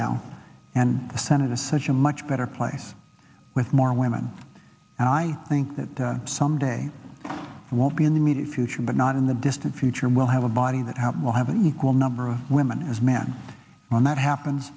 now and the senate is such a much better place with more women and i think that someday it won't be in the immediate future but not in the distant future we'll have a body that hope we'll have an equal number of women as men when that happens